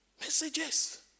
Messages